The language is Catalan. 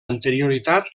anterioritat